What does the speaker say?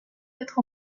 quatre